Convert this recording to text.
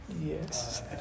Yes